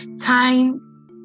Time